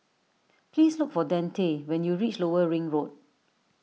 please look for Dante when you reach Lower Ring Road